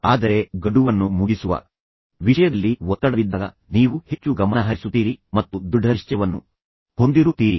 ಆದರೆ ಗಡುವನ್ನು ಮುಗಿಸುವ ವಿಷಯದಲ್ಲಿ ಒತ್ತಡವಿದ್ದಾಗ ನೀವು ಹೆಚ್ಚು ಗಮನಹರಿಸುತ್ತೀರಿ ಮತ್ತು ದೃಢನಿಶ್ಚಯವನ್ನು ಹೊಂದಿರುತ್ತೀರಿ